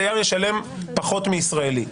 תייר ישלם פחות מישראלי.